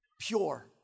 pure